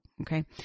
okay